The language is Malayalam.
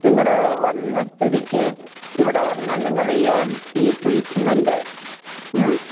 നിങ്ങൾ വന്ന സ്ഥിതിക്ക് ഇവിടെ വന്ന് നിങ്ങൾ ഈ ഈ ട്രീറ്റ്മെൻ്റ് മ്മ്